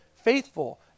faithful